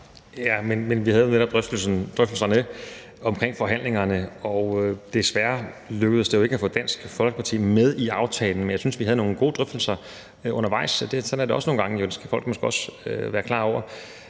Jamen vi havde jo netop drøftelserne omkring forhandlingerne, og desværre lykkedes jo ikke at få Dansk Folkeparti med i aftalen. Men jeg syntes, vi havde nogle gode drøftelser undervejs, og sådan er det jo også nogle gange – det skal folk måske også være klar over